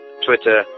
Twitter